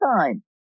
time